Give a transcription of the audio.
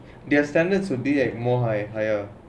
their standards will be like more high higher